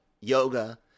yoga